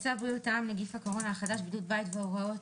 בבקשה, להקריא.